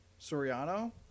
Soriano